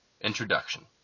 Introduction